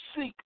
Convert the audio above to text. seek